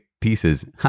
pieces